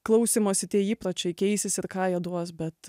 klausymosi tie įpročiai keisis ir ką jie duos bet